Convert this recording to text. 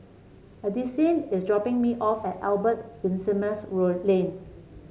Addisyn is dropping me off at Albert Winsemius Lane